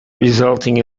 resulting